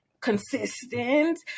consistent